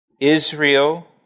Israel